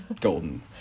golden